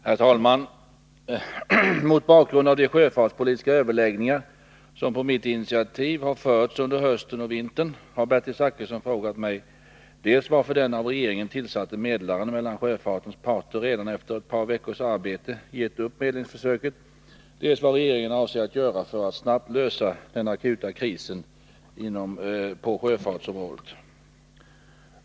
Herr talman! Mot bakgrund av de sjöfartspolitiska överläggningar som på mitt initiativ har förts under hösten och vintern, har Bertil Zachrisson frågat mig dels varför den av regeringen tillsatte medlaren mellan sjöfartens parter redan efter ett par veckors arbete gett upp medlingsförsöket, dels vad regeringen avser att göra för att snabbt lösa den akuta krisen på sjöfartsområdet.